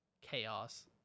chaos